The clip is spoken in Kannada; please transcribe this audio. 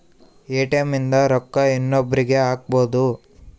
ಎ.ಟಿ.ಎಮ್ ಇಂದ ರೊಕ್ಕ ಇನ್ನೊಬ್ರೀಗೆ ಹಕ್ಬೊದು